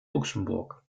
luxemburg